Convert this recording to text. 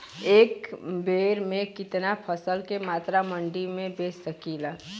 एक बेर में कितना फसल के मात्रा मंडी में बेच सकीला?